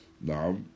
Now